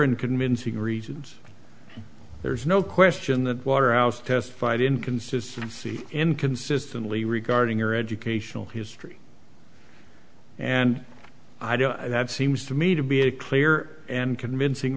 and convincing reasons there's no question that water out testified in consistency in consistently regarding your educational history and i do know that seems to me to be a clear and convincing